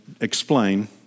explain